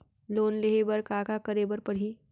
Loan लेहे बर का का का करे बर परहि?